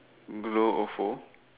glow ofo